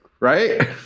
Right